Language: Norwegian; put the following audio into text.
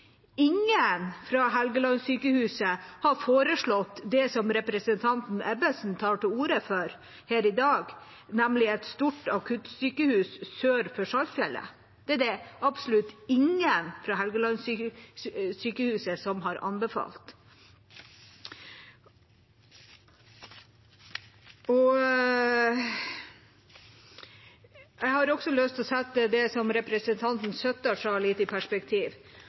Ingen fra Helgelandssykehuset har foreslått det som representanten Ebbesen tar til orde for her i dag, nemlig et stort akuttsykehus sør for Saltfjellet. Det er det absolutt ingen fra Helgelandssykehuset som har anbefalt. Jeg har også lyst til å sette det som representanten Søttar sa, litt i perspektiv.